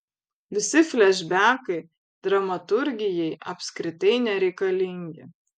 visi flešbekai dramaturgijai apskritai nereikalingi